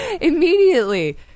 immediately